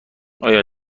آیا